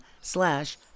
slash